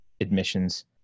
admissions